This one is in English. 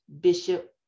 Bishop